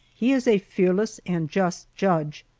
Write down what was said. he is a fearless and just judge,